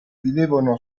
vivevano